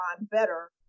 better